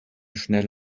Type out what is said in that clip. schnell